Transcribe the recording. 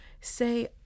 say